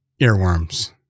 Earworms